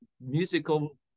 musical